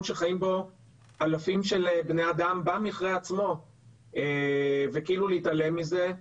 שחיים בו אלפים של בני אדם במכרה עצמו וכאילו להתעלם מזה.